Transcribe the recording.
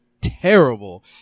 terrible